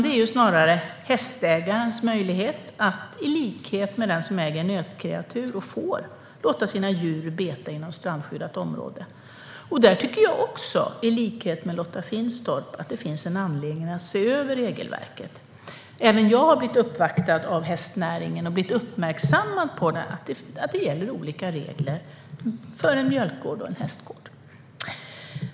Den gäller snarare hästägarens möjlighet att, i likhet med den som äger nötkreatur och får, låta sina djur beta inom strandskyddat område. I likhet med Lotta Finstorp tycker också jag att det finns anledning att se över regelverket. Även jag har blivit uppvaktad av hästnäringen och uppmärksammats på att det gäller olika regler för en mjölkgård och en hästgård.